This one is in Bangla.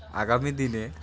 আগামী দিনে